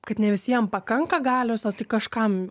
kad ne visiem pakanka galios o tik kažkam